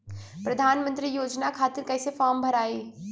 प्रधानमंत्री योजना खातिर कैसे फार्म भराई?